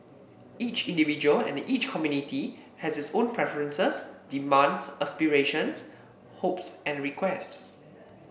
each individual and each community has its own preferences demands aspirations hopes and requests